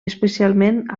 especialment